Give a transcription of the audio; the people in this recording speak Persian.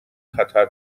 خطر